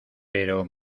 pero